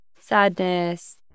sadness